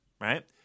right